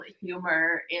humor